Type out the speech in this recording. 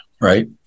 right